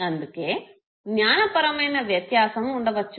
అందుకే జ్ఞానపరమైన వ్యత్యాసం ఉండవచ్చు